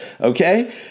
okay